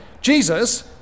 Jesus